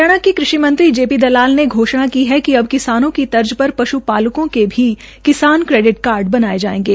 हरियाणा के कृषि मंत्री जे पी दलाल ने घोषणा की है कि अब किसानों की तर्ज पर पश्पालकों के भी किसान क्रेडिट कार्ड बनाए जाएंगे